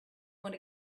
want